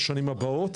בשנים הבאות,